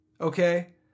Okay